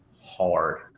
hard